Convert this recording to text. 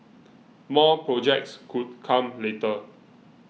more projects could come later